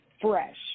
fresh